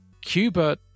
Cuba